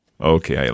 Okay